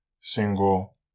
single